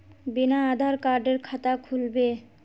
बिना आधार कार्डेर खाता खुल बे?